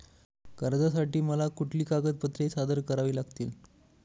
कर्जासाठी मला कुठली कागदपत्रे सादर करावी लागतील?